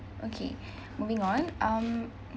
okay moving on um